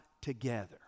together